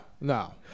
No